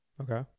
Okay